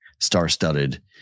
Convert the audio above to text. Star-studded